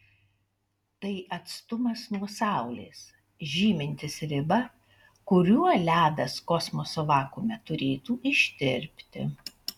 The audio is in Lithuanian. tai atstumas nuo saulės žymintis ribą kuriuo ledas kosmoso vakuume turėtų ištirpti